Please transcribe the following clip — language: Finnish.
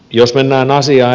jos mennään asia